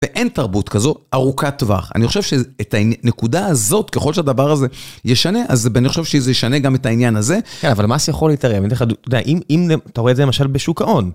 ואין תרבות כזו ארוכת טווח. אני חושב שאת הנקודה הזאת, ככל שהדבר הזה ישנה, אז אני חושב שזה ישנה גם את העניין הזה. כן, אבל מס יכול להתערב, אני אתן לך דוגמה, אם אתה רואה את זה למשל בשוק ההון.